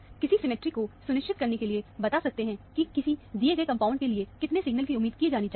किसी सिमेट्री को सुनिश्चित करने के लिए बता सकते हैं कि किसी दिए गए कंपाउंड के लिए कितने सिग्नल की उम्मीद की जानी चाहिए